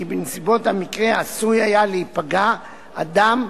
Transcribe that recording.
כי בנסיבות המקרה עשוי היה להיפגע אדם,